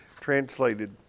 translated